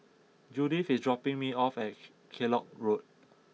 Judith is dropping me off at Kellock Road